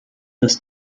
des